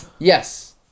Yes